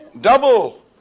double